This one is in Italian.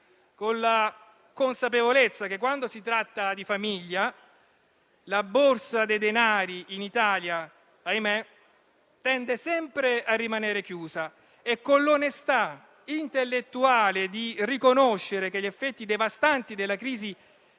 con la consapevolezza che, quando si tratta di famiglia, la borsa dei denari, in Italia, ahimè tende sempre a rimanere chiusa e con l'onestà intellettuale di riconoscere che gli effetti devastanti della crisi